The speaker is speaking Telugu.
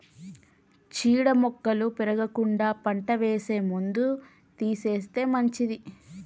చీడ మొక్కలు పెరగకుండా పంట వేసే ముందు తీసేస్తే మంచిది